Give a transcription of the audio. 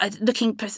looking